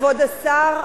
כבוד השר,